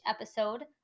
episode